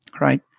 right